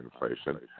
inflation